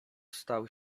stał